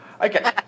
Okay